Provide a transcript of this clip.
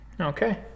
Okay